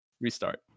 restart